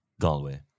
Galway